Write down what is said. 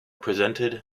presented